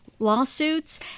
Lawsuits